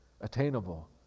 attainable